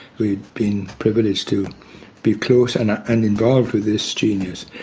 we'd being privileged to be close and and involved with this genius.